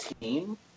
team